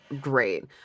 great